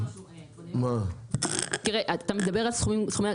אתה מדבר על סכומים,